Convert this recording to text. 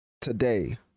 today